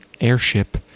airship